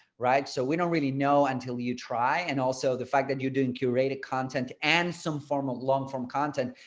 right. so we don't really know until you try and also the fact that you're doing curated content and some form of long form content.